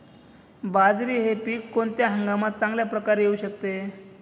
बाजरी हे पीक कोणत्या हंगामात चांगल्या प्रकारे येऊ शकते?